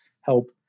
help